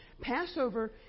Passover